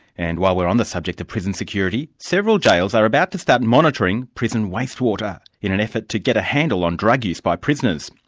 and while we're on the subject of prison security, several jails are about to start monitoring prison wastewater, in an effort to get a handle on drug use by prisoners.